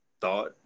thought